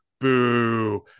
Boo